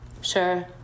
Sure